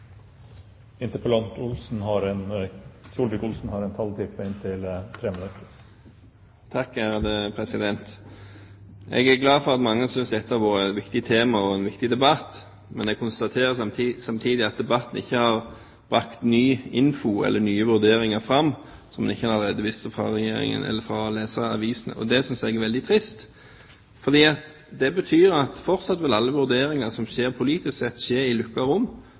glad for at mange synes at dette har vært en viktig debatt. Men jeg konstaterer samtidig at debatten ikke har brakt ny informasjon eller nye vurderinger fram som man ikke allerede hadde fått fra Regjeringen eller ved å lese avisene. Det synes jeg er veldig trist, fordi det betyr at fortsatt vil alle vurderinger som skjer politisk sett, skje i